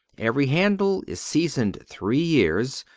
every handle is seasoned three years,